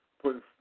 putting